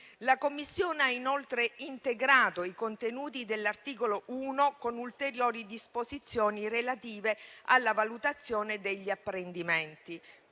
La Commissione ha inoltre integrato i contenuti dell'articolo 1 con ulteriori disposizioni relative alla valutazione degli apprendimenti,